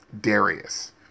Darius